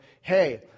hey